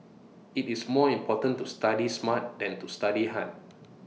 IT is more important to study smart than to study hard